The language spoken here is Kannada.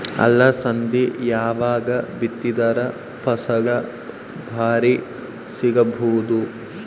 ಅಲಸಂದಿ ಯಾವಾಗ ಬಿತ್ತಿದರ ಫಸಲ ಭಾರಿ ಸಿಗಭೂದು?